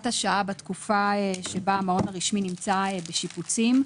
השעה בתקופה שבה המעון הרשמי נמצא בשיפוצים.